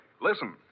Listen